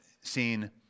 seen